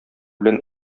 белән